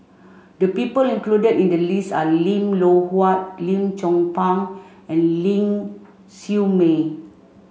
the people included in the list are Lim Loh Huat Lim Chong Pang and Ling Siew May